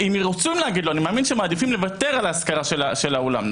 מאמין שיעדיפו לוותר על השכרת האולם.